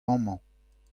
amañ